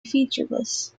featureless